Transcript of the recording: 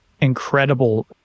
incredible